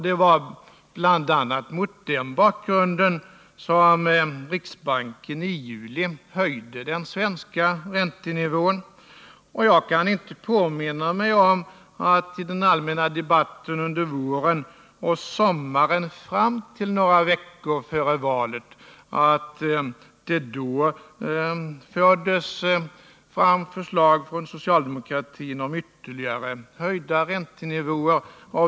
Det var bl.a. mot denna bakgrund som riksbanken i juli höjde den svenska räntenivån, och jag kan inte påminna mig att det i den allmänna debatten under våren och sommaren, fram till några veckor före valet, fördes fram förslag från socialdemokratin om ytterligare höjda räntenivåer.